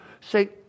Say